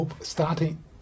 Starting